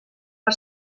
per